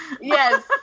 Yes